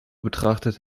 betrachtet